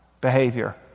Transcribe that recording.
behavior